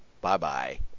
Bye-bye